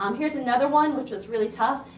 um here's another one which was really tough.